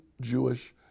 Jewish